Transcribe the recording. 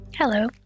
Hello